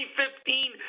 2015